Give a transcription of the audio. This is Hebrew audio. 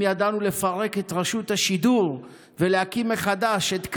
אם ידענו לפרק את רשות השידור ולהקים מחדש את "כאן",